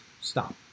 stop